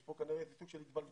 יש פה כנראה איזה סוג של התבלבלות.